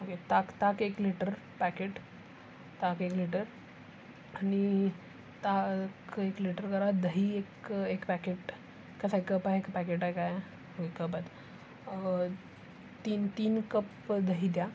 okay ताक ताक एक लिटर पॅकेट ताक एक लिटर आणि ता क एक लिटर करा दही एक एक पॅकेट कसं आहे कप आहे का पॅकेट आहे काय आहे कप आहे तीन तीन कप दही द्या